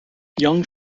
young